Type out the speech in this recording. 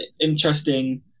interesting